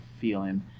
feeling